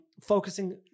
focusing